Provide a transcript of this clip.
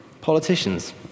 politicians